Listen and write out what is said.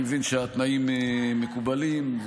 אני מבין שהתנאים מקובלים.